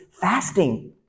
fasting